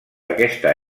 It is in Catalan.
aquesta